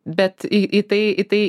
bet į į tai į tai